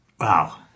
Wow